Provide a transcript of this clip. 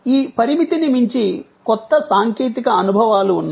ఈ పరిమితిని మించి కొత్త సాంకేతిక అనుభవాలు ఉన్నాయి